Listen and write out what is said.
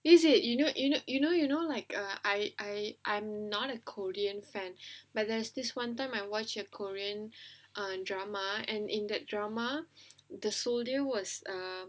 is it you know you know you know you know like err I I I'm not a korean fan but there's this one time I watch a korean err drama and in that drama the soldier was um